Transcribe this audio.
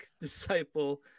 disciple